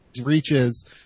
reaches